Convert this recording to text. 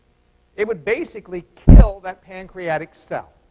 it would basically kill that pancreatic cell.